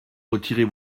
retirez